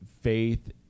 faith